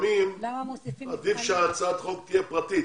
לפעמים עדיף שהצעת החוק תהיה פרטית.